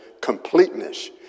completeness